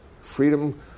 Freedom